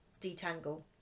detangle